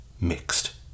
mixed